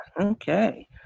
Okay